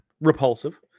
repulsive